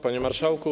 Panie Marszałku!